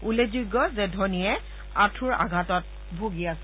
উল্লেখযোগ্য যে ধোনীয়ে আঠূৰ আঘাতত ভুগি আছে